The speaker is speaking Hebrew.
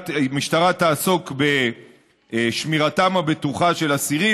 "המשטרה תעסוק בשמירתם הבטוחה של אסירים